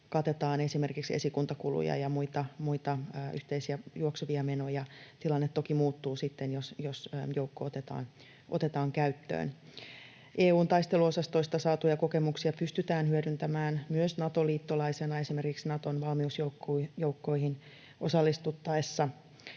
katetaan esimerkiksi esikuntakuluja ja muita yhteisiä juoksevia menoja. Tilanne toki muuttuu sitten, jos joukko otetaan käyttöön. EU:n taisteluosastoista saatuja kokemuksia pystytään hyödyntämään myös Nato-liittolaisena esimerkiksi Naton valmiusjoukkoihin osallistuttaessa.